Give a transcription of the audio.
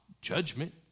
judgment